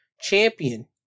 champion